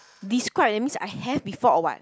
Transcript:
describe that means I have before what